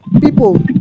people